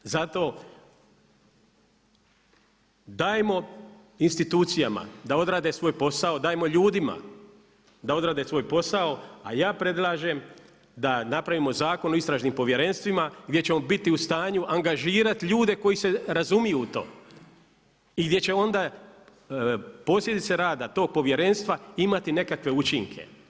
Zato dajmo institucijama da odrade svoj posao, dajmo ljudima da odrade svoj posao, a ja predlažem da napravim zakon o istražnim povjerenstvima gdje ćemo biti u stanju angažirati ljude koji se razumiju u to i gdje će onda posljedice rada tog povjerenstva imati nekakve učinke.